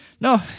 no